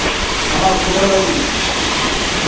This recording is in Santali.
ᱱᱚᱶᱟ ᱩᱛᱱᱟᱹᱣ ᱞᱟᱹᱜᱤᱫ